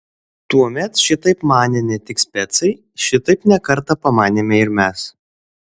tuomet šitaip manė ne tik specai šitaip ne kartą pamanėme ir mes